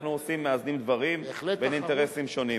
אנחנו מאזנים דברים בין אינטרסים שונים.